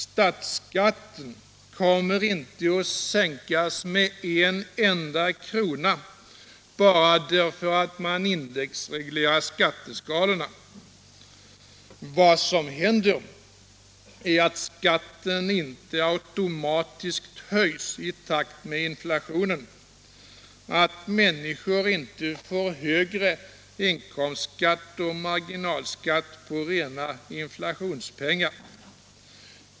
Statsskatten kommer inte att sänkas med en enda krona bara därför att man indexreglerar skatteskalorna. Vad som händer är att skatten inte automatiskt höjs i takt med inflationen, att människor inte får högre inkomstskatt och marginalskatt på rena inflationspengar.